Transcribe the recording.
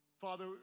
Father